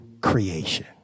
creation